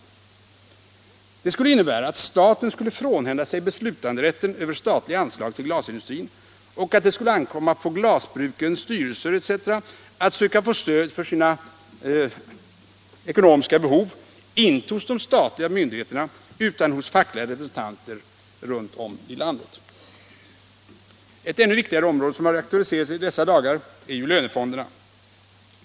Detta skulle innebära att staten skulle frånhända sig beslutanderätten över statliga anslag till glasindustrin och att det skulle ankomma på glasbrukens styrelser etc. att söka få stöd för sina ekonomiska behov inte hos de statliga myndigheterna utan hos fackliga representanter runt om i landet. Ett ännu viktigare område, som har aktualiserats i dessa dagar, är lönefonderna.